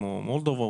כמו מולדובה,